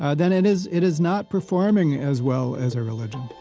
ah then it is it is not performing as well as a religion